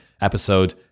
episode